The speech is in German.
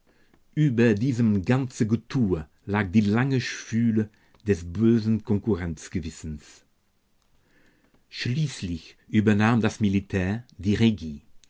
über diesem ganze getue lag die lange schwüle des bösen konkurrenzgewissens schließlich übernahm das militär die regie